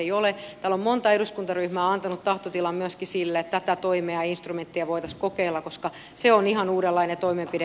täällä on monta eduskuntaryhmää antanut tahtotilan myöskin sille että tätä toimea instrumenttia voitaisiin kokeilla koska se on ihan uudenlainen toimenpide